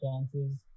chances